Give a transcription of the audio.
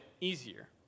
easier